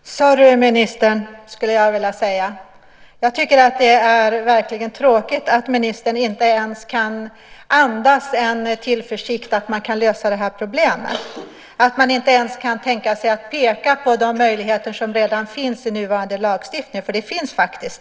Fru talman! Sorry ministern, skulle jag vilja säga. Det är verkligen tråkigt att ministern inte ens kan andas en tillförsikt om att man kan lösa det här problemet, inte ens kan tänka sig att peka på de möjligheter som redan finns i nuvarande lagstiftning, för sådana finns faktiskt.